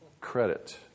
credit